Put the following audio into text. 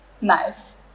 Nice